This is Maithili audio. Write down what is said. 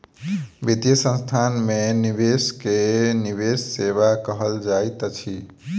वित्तीय संस्थान में निवेश के निवेश सेवा कहल जाइत अछि